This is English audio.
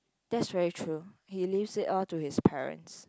that's very true he leaves it all to his parents